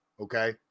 okay